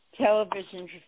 television